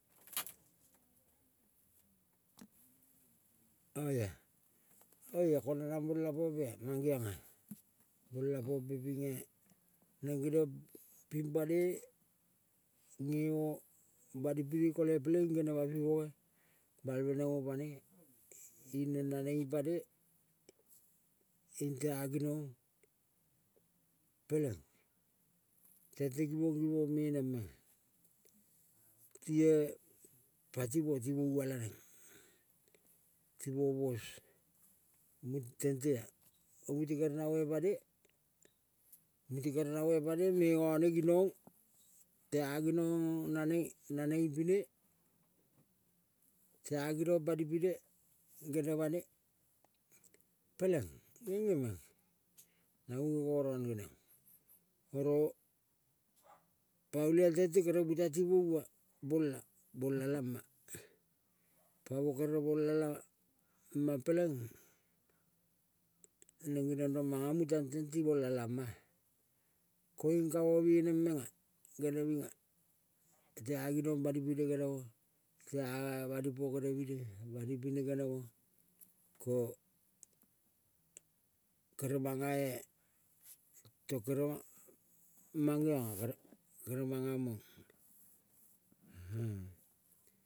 oia, oia kona nang bonela pompea ko mangong-a. Bonela pompe pinge neng geniong ping banoi ngemo bani pine kole peleing genema pi boge balve neng opane ing neng naneng ipane ing tea ginang. Peleng tente givong, givong menenga tle pati-mo timova laneng. Timo bos mutentea mute kere namo ipane, mute kere namo ipano me ngane ginong tea ginong naneng, naneng ipino tea genong banipine genemane peleng nge nge meng na munge ngo ron geniong, oro pa olial tente kere muta ti mouva bola. Bola lama, pamo kere bola lama peleng neng geniong rong manga mutang teng ti bola lama-a. Koiung kamo meneng menga geneminga. Tea gineng bani pine genemo tea banipo genemine banipino genemo ko keremangae to kerema mangeo nga kere, keremanga moa.